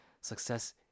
success